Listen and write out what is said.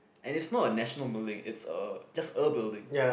and is not a national building is a just a building